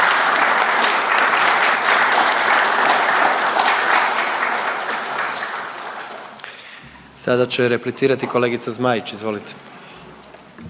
Sada će replicirati kolegica Zmaić, izvolite.